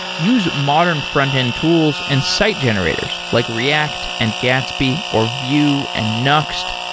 use modern frontend tools and site generators, like react, and gatsby, or vue, and nuxt.